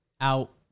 out